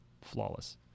flawless